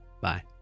Bye